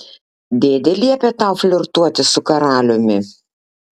dėdė liepė tau flirtuoti su karaliumi